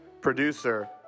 producer